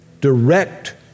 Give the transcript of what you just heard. direct